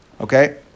Okay